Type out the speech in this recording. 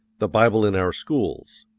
the bible in our schools.